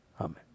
Amen